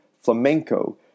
Flamenco